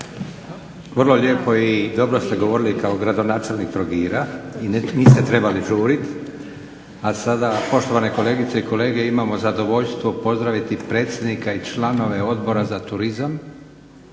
Vrlo lijepo i dobro ste govorili kao gradonačelnik Trogira i niste trebali žuriti. A sada poštovane kolegice i kolege imamo zadovoljstvo pozdraviti predsjednika i članove Odbora za turizam